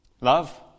Love